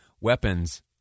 weapons